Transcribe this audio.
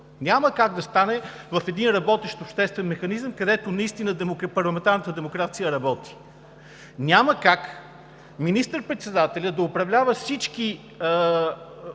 Няма как да стане в един работещ обществен механизъм, където наистина парламентарната демокрация работи. Няма как министър-председателят да управлява